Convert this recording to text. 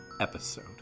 episode